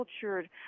cultured